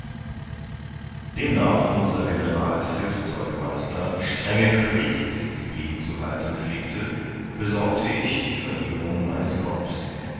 demnach unser generalfeldzeugmeister strenge kriegsdisziplin zu halten pflegte besorgte ich die verlierung meines kopfs